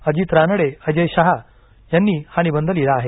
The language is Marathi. अजित रानडे अजय शहा यांनी हा निबंध लिहिला आहे